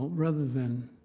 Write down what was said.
rather than